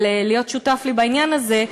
אבל להיות שותף לי בעניין הזה,